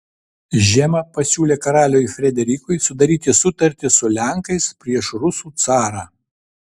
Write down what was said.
žema pasiūlė karaliui frederikui sudaryti sutartį su lenkais prieš rusų carą